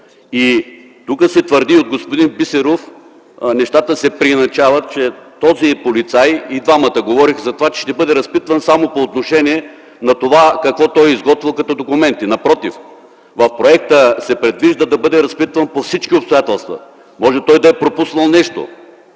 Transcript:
И тук се твърди от господин Бисеров, нещата се преувеличават, и двамата говориха, че този полицай ще бъде разпитван само по отношение на това какво той е изготвил като документи. Напротив, в проекта се предвижда да бъде разпитван по всички обстоятелства. Може той да е пропуснал нещо,